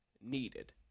needed